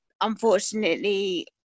unfortunately